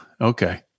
okay